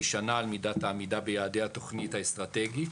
שנה על מידת העמידה ביעדי התוכנית האסטרטגית.